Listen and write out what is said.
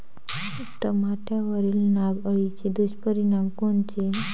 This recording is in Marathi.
टमाट्यावरील नाग अळीचे दुष्परिणाम कोनचे?